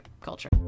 culture